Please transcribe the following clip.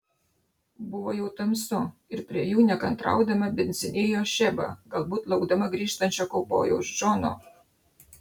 buvo jau tamsu ir prie jų nekantraudama bindzinėjo šeba galbūt laukdama grįžtančio kaubojaus džono